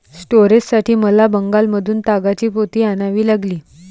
स्टोरेजसाठी मला बंगालमधून तागाची पोती आणावी लागली